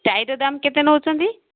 tier ଦାମ୍ କେତେ ନେଉଛନ୍ତି